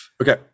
okay